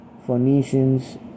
Phoenicians